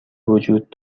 وجود